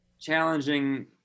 challenging